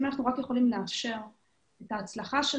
אם אנחנו יכולים לאפשר את ההצלחה של